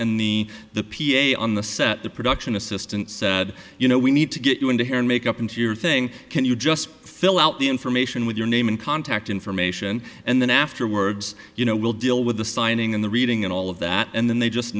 and the the p a on the set the production assistant said you know we need to get you into hair and make up into your thing can you just fill out the information with your name and contact information and then afterwards you know we'll deal with the signing and the reading and all of that and then they just